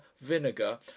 vinegar